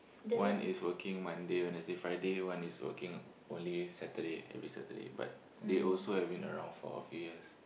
one is working Monday Wednesday Friday one is working only Saturday every Saturday but they also have been around for a few years